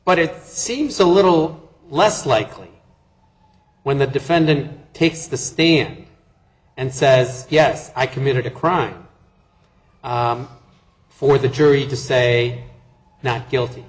but it seems a little less likely when the defendant takes the stand and says yes i committed a crime for the jury to say not guilty